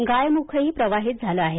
गायमुखही प्रवाहित झालं आहे